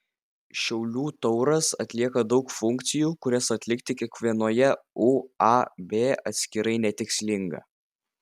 šiaulių tauras atlieka daug funkcijų kurias atlikti kiekvienoje uab atskirai netikslinga